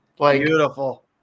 Beautiful